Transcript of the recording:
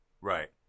Right